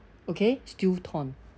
okay still torn